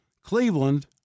Cleveland